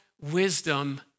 wisdom